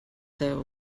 tev